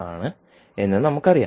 ആണ് എന്ന് നമുക്കറിയാം